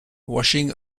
washing